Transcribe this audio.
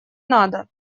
надо